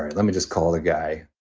let me just call the guy